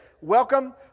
Welcome